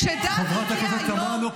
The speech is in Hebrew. כשדני הגיע היום לוועדה --- חברת הכנסת תמנו,